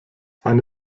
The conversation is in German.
eine